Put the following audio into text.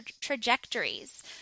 trajectories